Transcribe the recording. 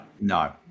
No